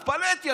התפלאתי.